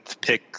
pick